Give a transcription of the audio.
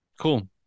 cool